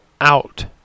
out